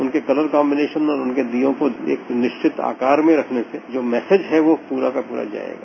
उनके colour combination में और उनके दियों को एक निश्चित आकार में रखने से जो मैसेज है वह पूरा का पूरा जायेगा